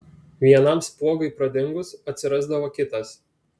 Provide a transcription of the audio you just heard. vienam spuogui pradingus atsirasdavo kitas